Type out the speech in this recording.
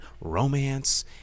romance